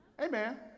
Amen